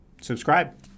subscribe